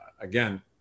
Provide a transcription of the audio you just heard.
again